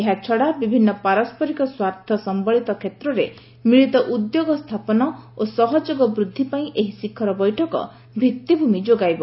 ଏହା ଛଡ଼ା ବିଭିନ୍ନ ପାରସରିକ ସ୍ୱାର୍ଥ ସମ୍ଭଳିତ କ୍ଷେତ୍ରରେ ମିଳିତ ଉଦ୍ୟୋଗ ସ୍ଥାପନ ଓ ସହଯୋଗ ବୃଦ୍ଧି ପାଇଁ ଏହି ଶିଖର ବୈଠକ ଭିତ୍ତିଭୂମି ଯୋଗାଇବ